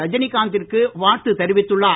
ரஜினிகாந்திற்கு வாழ்த்து தெரிவித்துள்ளார்